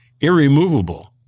irremovable